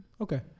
okay